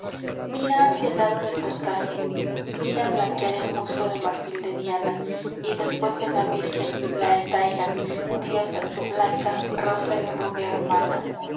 mira hacia el lado del boscaje mira blanquear el muslo de marfil de diana y después de la virgen la hetaira diosa su blanca rosa y rubia hermana